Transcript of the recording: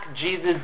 Jesus